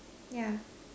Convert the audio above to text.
yeah